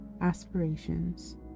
aspirations